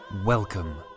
Welcome